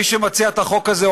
מי שמציע את החוק הזה,